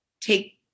take